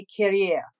career